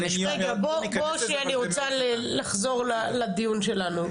אני רוצה לחזור לדיון שלנו,